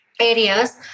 Areas